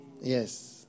Yes